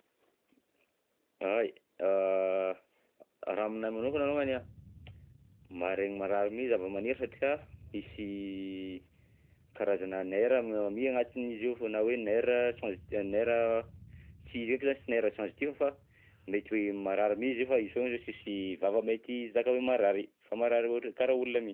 Hay raha aminahy manokana alongany an, maharegny marary mi zava-maniry satria, misy karazana nerf mi agnatiny izy ao foagna, na hoe nerf sensiti- nerf sy haiko sa nerf sensitif fa mety marary mi izy i fa izy foagna sisy vava mety hizaka hoe marary fa marary ohat- karaha olona mi.